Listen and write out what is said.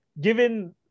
given